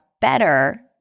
better